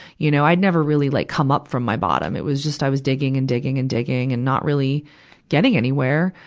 you know, i'd never really like come up from my bottom. it was just, i was digging and digging and digging and not really getting anywhere.